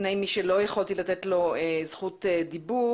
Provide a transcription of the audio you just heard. בפני מי שלא יכולתי לתת לו זכות דיבור.